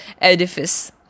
edifice